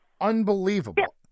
unbelievable